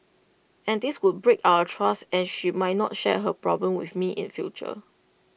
and this would break our trust and she might not share her problems with me in future